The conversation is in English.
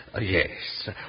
Yes